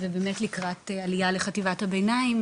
לקראת העלייה לחטיבת הביניים,